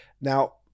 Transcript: Now